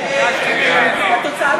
להצביע.